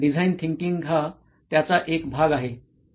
कारण design thinking हा त्याचा एक भाग आहे